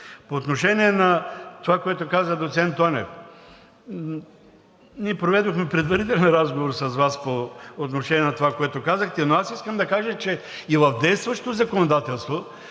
По отношение на това, което каза доц. Тонев, ние проведохме предварителен разговор с Вас по отношение на това, което казахте, но аз искам да кажа, че и в действащото законодателство,